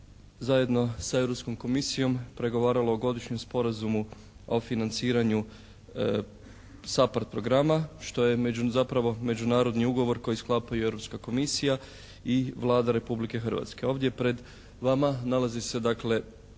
zajedno sa Europskom komisijom pregovaralo o Godišnjem sporazumu o financiranju SAPARD programa što je među, zapravo međunarodni ugovor koji sklapaju Europska komisija i Vlada Republike Hrvatske. Ovdje pred vama nalazi se dakle